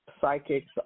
psychics